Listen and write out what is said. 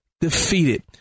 defeated